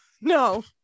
No